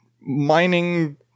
mining